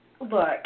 Look